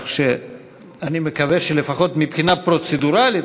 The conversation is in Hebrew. כך שאני מקווה שלפחות מבחינה פרוצדורלית,